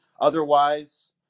Otherwise